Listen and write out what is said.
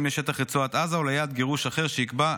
אם לשטח רצועת עזה ואם ליעד גירוש אחר שיקבע,